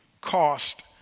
cost